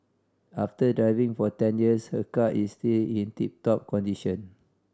after driving for ten years her car is still in tip top condition